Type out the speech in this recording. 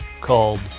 called